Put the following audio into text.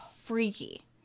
freaky